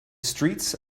streets